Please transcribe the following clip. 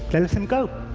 they let him go.